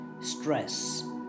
stress